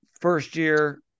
first-year